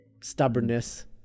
stubbornness